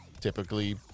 typically